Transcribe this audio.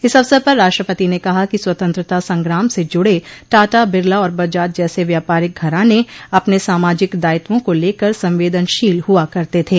इस अवसर पर राष्ट्रपति ने कहा कि स्वतंत्रता संग्राम से जुड़े टाटा बिरला और बजाज जैसे व्यापारिक घराने अपने सामाजिक दायित्वों को लेकर संवेदनशील हुआ करते थे